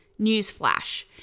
Newsflash